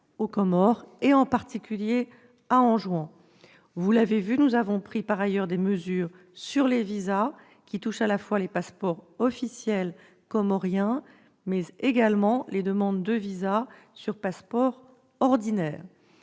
aux Comores, en particulier à Anjouan. Vous l'avez constaté, nous avons pris par ailleurs des mesures concernant les visas, qui concernent à la fois les passeports officiels comoriens et les demandes de visa sur passeport ordinaire.